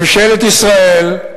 ממשלת ישראל,